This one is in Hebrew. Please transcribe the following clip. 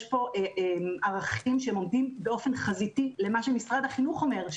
יש פה ערכים שהם עומדים באופן חזיתי למה שמשרד החינוך אומר,